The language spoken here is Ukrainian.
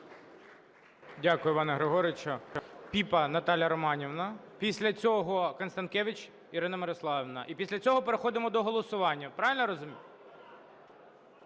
Дякую, Іване Григоровичу. Піпа Наталія Романівна. Після цього - Констанкевич Ірина Мирославівна. І після цього переходимо до голосування, правильно я розумію?